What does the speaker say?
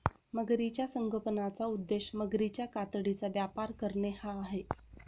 मगरीच्या संगोपनाचा उद्देश मगरीच्या कातडीचा व्यापार करणे हा आहे